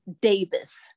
Davis